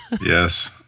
Yes